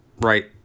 right